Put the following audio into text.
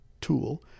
tool